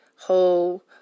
whole